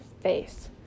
face